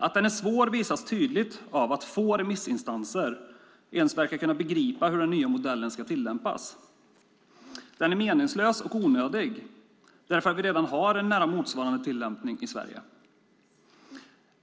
Att den är svår visas tydligt av att få remissinstanser ens verkar kunna begripa hur den nya modellen ska tillämpas. Den är meningslös och onödig därför att vi redan har en nästan motsvarande tillämpning i Sverige.